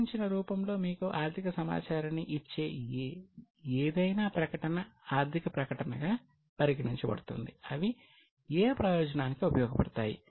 సంగ్రహించిన రూపంలో మీకు ఆర్థిక సమాచారాన్ని ఇచ్చే ఏదైనా ప్రకటన ఆర్థిక ప్రకటనగా పరిగణించబడుతుంది అవి ఏ ప్రయోజనానికి ఉపయోగపడతాయి